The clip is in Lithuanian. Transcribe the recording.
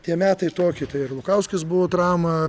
tie metai tokie ir lukauskis buvo traumą